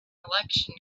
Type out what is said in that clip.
election